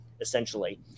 essentially